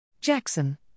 Jackson